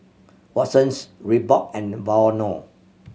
Watsons Reebok and Vono